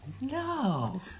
No